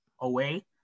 away